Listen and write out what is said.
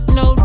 no